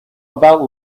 about